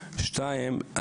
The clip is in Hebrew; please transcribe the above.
שתיים,